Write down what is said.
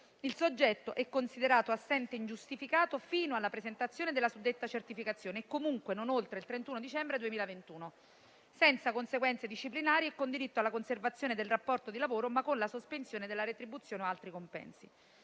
il soggetto è considerato assente ingiustificato, fino alla presentazione della suddetta certificazione e comunque non oltre il 31 dicembre 2021, senza conseguenze disciplinari e con diritto alla conservazione del rapporto di lavoro, ma con la sospensione della retribuzione o altri compensi.